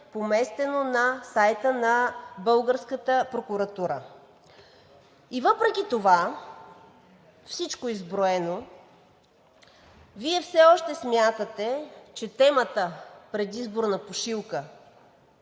поместено на сайта на българската прокуратура. Въпреки всичко това изброено Вие все още смятате, че темата „предизборна пушилка“